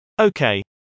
Okay